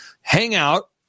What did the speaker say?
hangout